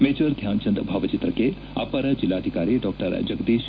major Dhyan Chand ಭಾವಚಿತ್ರಕ್ಕೆ ಅಪರ ಜಿಲ್ಲಾಧಿಕಾರಿ ಡಾಜಗದೀಶ್